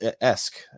esque